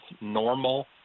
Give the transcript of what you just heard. normal